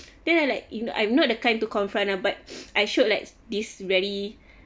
then I like you know I'm not the kind to confront ah but I showed like this very